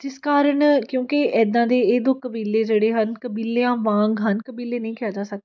ਜਿਸ ਕਾਰਨ ਕਿਉਂਕਿ ਇੱਦਾਂ ਦੇ ਇਹ ਦੋ ਕਬੀਲੇ ਜਿਹੜੇ ਹਨ ਕਬੀਲਿਆਂ ਵਾਂਗ ਹਨ ਕਬੀਲੇ ਨਹੀਂ ਕਿਹਾ ਜਾ ਸਕਦਾ